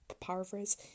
paraphrase